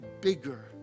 bigger